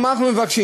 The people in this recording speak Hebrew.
מה אנחנו מבקשים?